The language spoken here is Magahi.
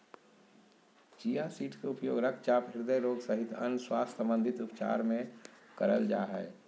चिया सीड्स के उपयोग रक्तचाप, हृदय रोग सहित अन्य स्वास्थ्य संबंधित उपचार मे करल जा हय